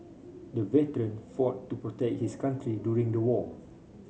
the veteran fought to protect his country during the war